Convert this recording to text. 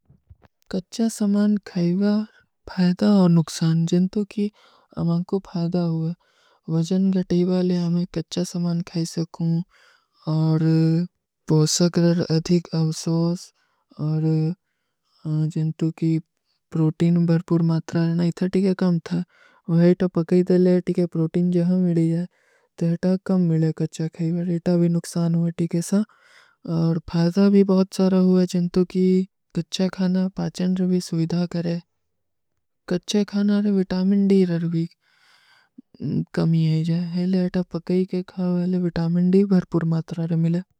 କଚ୍ଚା ସମାନ ଖାଈଵା ଫାଯଦା ଔର ନୁକସାନ, ଜିନ୍ଟୋ କୀ ଅମାଂକୋ ଫାଯଦା ହୁଆ। ଵଜନ ଗଟଈବାଲେ ହମେଂ କଚ୍ଚା ସମାନ ଖାଈ ସକୂଁ ଔର ବୋସକର ଅଧିକ ଅଵସୌସ ଔର ଜିଂଟୋ କୀ ପ୍ରୋଟୀନ ବରପୂର ମାତରା ଲେନା ଇତା ଥୀକେ କମ ଥା। ଵଜନ ଗଟଈବାଲେ ହମେଂ କଚ୍ଚା ସମାନ ଖାଈଵା ଫାଯଦା ଔର ନୁକସାନ, ଜିନ୍ଟୋ କୀ ଅମାଂକୋ ଫାଯଦା ହୁଆ।